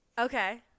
Okay